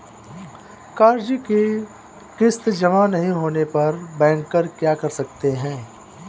कर्ज कि किश्त जमा नहीं होने पर बैंकर क्या कर सकते हैं?